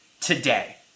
today